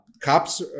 cops